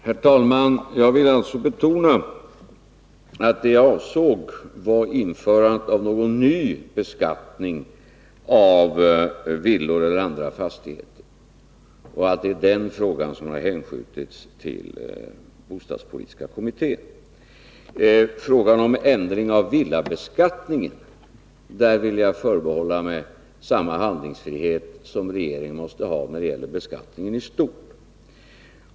Herr talman! Jag vill betona att det jag avsåg var införandet av någon ny beskattning av villor eller andra fastigheter och att det är den frågan som har hänskjutits till bostadspolitiska kommittén. När det gäller frågan om ändring av villabeskattningen vill jag förbehålla mig samma handlingsfrihet som regeringen måste ha när det gäller beskattningen i stort.